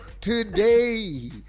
today